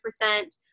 percent